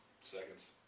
seconds